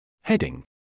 Heading